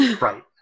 right